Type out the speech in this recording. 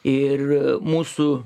ir mūsų